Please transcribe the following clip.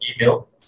email